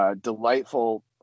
delightful